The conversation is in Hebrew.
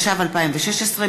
התשע"ו 2016,